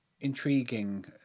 intriguing